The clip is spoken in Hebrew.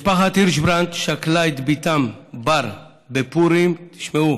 משפחת הירשברנד שכלה את בתם בר בפורים, תשמעו,